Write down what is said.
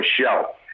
shell